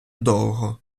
довго